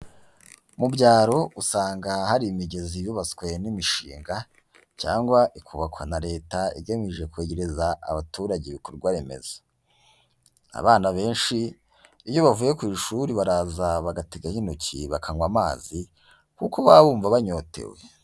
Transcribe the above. Mu byaro usanga hari imigezi yubatswe n'imishinga cyangwa ikubakwa na Leta igamije kwegereza abaturage ibikorwa remezo. Abana benshi iyo bavuye ku ishuri baraza bagategaho intoki bakanywa amazi, kuko baba bumva banyotewe.